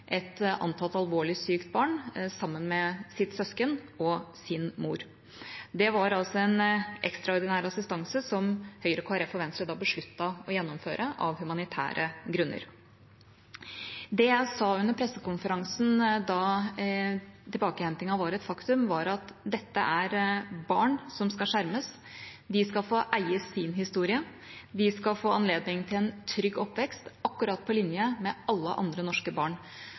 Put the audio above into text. et antatt alvorlig sykt barn, sammen med sitt søsken og sin mor. Det var altså en ekstraordinær assistanse som Høyre, Kristelig Folkeparti og Venstre da besluttet å gjennomføre av humanitære grunner. Det jeg sa under pressekonferansen da tilbakehentingen var et faktum, var at dette er barn som skal skjermes. De skal få eie sin historie. De skal få anledning til en trygg oppvekst helt på linje med alle andre norske barn,